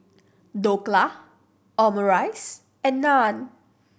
Dhokla Omurice and Naan